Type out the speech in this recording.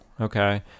Okay